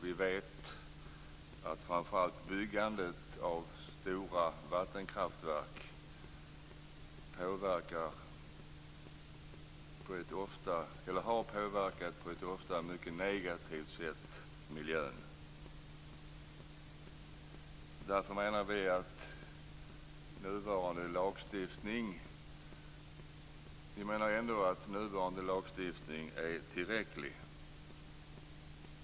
Vi vet att framför allt byggandet av stora vattenkraftverk ofta har påverkat miljön på ett mycket negativt sätt. Därför anser vi att nuvarande lagstiftning är tillräcklig.